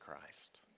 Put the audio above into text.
Christ